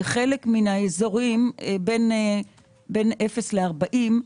בחלק מן האזורים בין 0 ל-40,